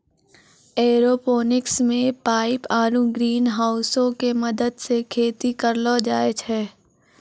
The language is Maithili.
एयरोपोनिक्स मे पाइप आरु ग्रीनहाउसो के मदत से खेती करलो जाय छै